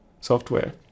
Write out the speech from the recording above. software